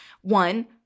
One